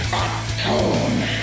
atone